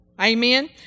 Amen